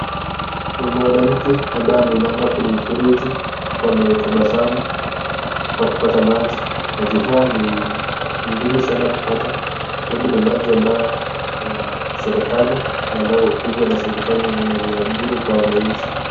Ni mwanamke ambaye ameinama kwenye mfereji huku ametabasamu kwa kupata maji. Maji haya ni ngumu sana kupata kwa sababu ni maji ambayo niya serikali na ni ambayo hupigwa na serikali na niya bure kwa wananchi.